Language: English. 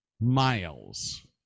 miles